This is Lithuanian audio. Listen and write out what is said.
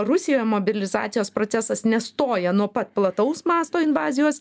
rusijoj mobilizacijos procesas nestoja nuo pat plataus mąsto invazijos